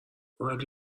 ولی